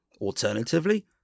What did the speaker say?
Alternatively